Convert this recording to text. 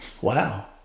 Wow